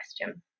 question